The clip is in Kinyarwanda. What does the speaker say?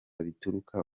bituruka